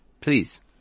Please